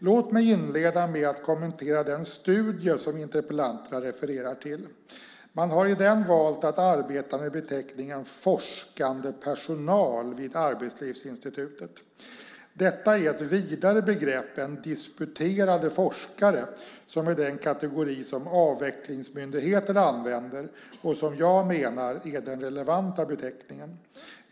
Låt mig inleda med att kommentera den studie som interpellanterna refererar till. Man har i den valt att arbeta med beteckningen forskande personal vid Arbetslivsinstitutet. Detta är ett vidare begrepp än disputerade forskare, som är den kategori som Avvecklingsmyndigheten använder och som jag menar är den relevanta beteckningen.